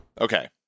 Okay